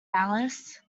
alice